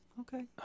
Okay